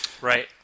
Right